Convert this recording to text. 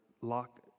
lock